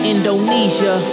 Indonesia